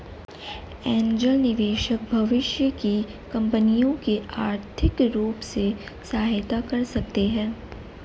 angel निवेशक भविष्य की कंपनियों की आर्थिक रूप से सहायता कर सकते हैं